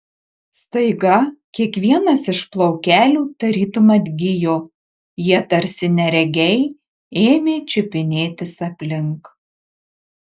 staiga kiekvienas iš plaukelių tarytum atgijo jie tarsi neregiai ėmė čiupinėtis aplink